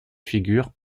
figure